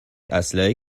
اسلحه